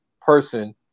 person